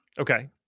Okay